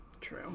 True